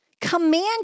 Command